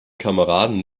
kameraden